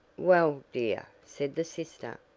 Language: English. well, dear, said the sister,